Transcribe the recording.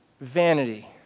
vanity